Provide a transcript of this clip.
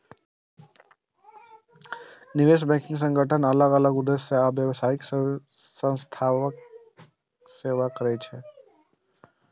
निवेश बैंकिंग संगठन अलग अलग उद्देश्य आ व्यावसायिक संस्थाक सेवा करै छै